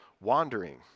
wandering